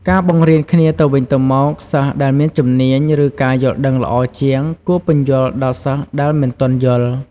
ការបង្រៀនគ្នាទៅវិញទៅមក សិស្សដែលមានជំនាញ ឬការយល់ដឹងល្អជាង គួរពន្យល់ដល់សិស្សដែលមិនទាន់យល់។